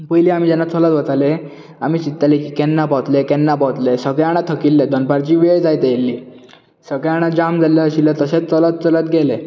पयली आमी जेन्ना चलत वताले आमी चिंतताले केन्ना पावतले केन्ना पावतले सगळे जाणां थकिल्ले दनपारची वेळ जायत येल्ली सगळे जाणां जाम जाल्ले आशिल्ले तशेंच चलत चलत गेले